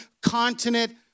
continent